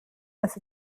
dass